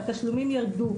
התשלומים ירדו,